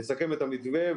נסכם את המתווה,